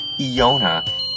Iona